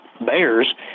bears